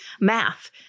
math